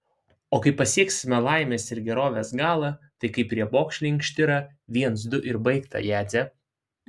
o kai pasieksime laimės ir gerovės galą tai kaip riebokšlį inkštirą viens du ir baigta jadze